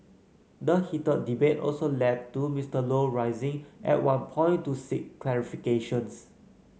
the heated debate also led to Mister Low rising at one point to seek clarifications